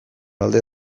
alde